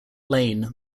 lane